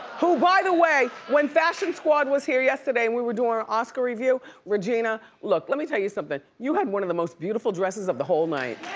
who, by the way, when fashion squad was here yesterday and we were doing our oscar review, regina, look, let me tell you something. you had one of the most beautiful dresses of the whole night.